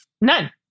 none